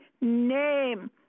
name